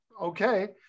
Okay